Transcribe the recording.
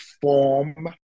form